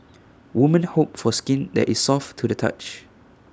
woman hope for skin that is soft to the touch